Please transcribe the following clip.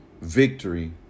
victory